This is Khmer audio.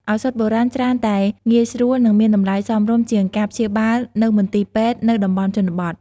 ឱសថបុរាណច្រើនតែងាយស្រួល និងមានតម្លៃសមរម្យជាងការព្យាបាលនៅមន្ទីរពេទ្យនៅតំបន់ជនបទ។